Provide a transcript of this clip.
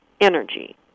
energy